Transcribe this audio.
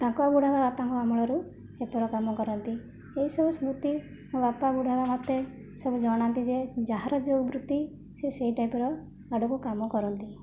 ତାଙ୍କ ବୁଢ଼ାବାପାଙ୍କ ଅମଳରୁ ପେପର୍ କାମ କରନ୍ତି ଏହିସବୁ ସ୍ମୁତି ମୋ ବାପା ବୁଢ଼ାବାପା ମୋତେ ସବୁ ଜଣାନ୍ତି ଯେ ଯାହାର ଯେଉଁ ବୃତ୍ତି ସିଏ ସେହି ଟାଇପ୍ର ଆଡ଼କୁ କାମ କରନ୍ତି